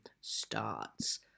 starts